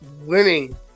winning